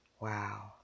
Wow